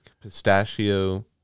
pistachio